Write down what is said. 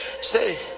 say